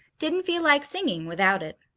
didn't feel like singing without it.